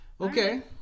Okay